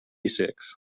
six